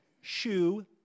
shoe